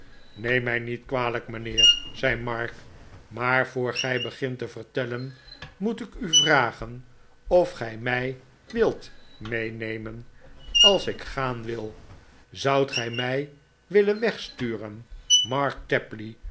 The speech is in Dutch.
neem mij niet kwalijk mijnheer zei mark maar voor gij begint te vertellen moet ik u vragen of gij mij wilt meenemen als ik gaan wil zoudt gij mij willen wegsturen mark tapley